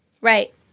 right